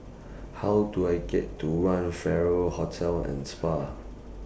How Do I get to one Farrer Hotel and Spa